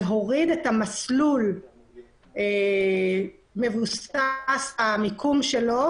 להוריד את המסלול מבוסס המיקום שלו